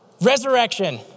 Resurrection